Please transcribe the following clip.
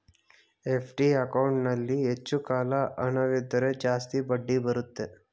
FD ಅಕೌಂಟಲ್ಲಿ ಹೆಚ್ಚು ಕಾಲ ಹಣವಿದ್ದರೆ ಜಾಸ್ತಿ ಬಡ್ಡಿ ಬರುತ್ತೆ